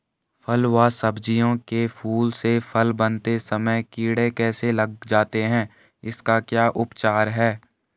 फ़ल व सब्जियों के फूल से फल बनते समय कीड़े कैसे लग जाते हैं इसका क्या उपचार है?